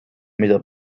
mida